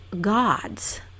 gods